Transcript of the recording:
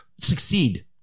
succeed